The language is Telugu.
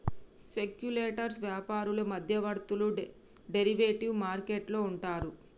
సెక్యులెటర్స్ వ్యాపారులు మధ్యవర్తులు డెరివేటివ్ మార్కెట్ లో ఉంటారు